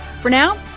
for now,